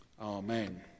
Amen